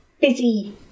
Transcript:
busy